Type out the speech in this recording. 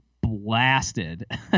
blasted